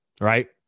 Right